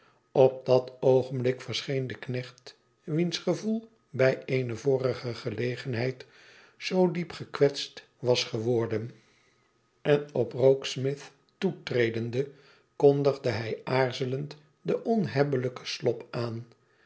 op dat oogenblik verscheen de knecht wiens gevoel bij eene vorige gelegenheid zoo diep gekwetst was geworden en op rokesmith toetredende kondigde hij aarzelend den onhebbelijken slop aan